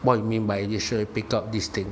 what you mean by initially picked up this thing